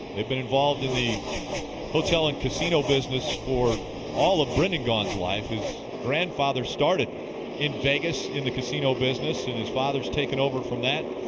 they've been involved in the hotel and casino business for all of brendan gaughan's life. his grandfather started in vegas in the casino business. his father's taken over from that.